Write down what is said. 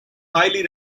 highly